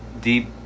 deep